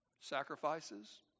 sacrifices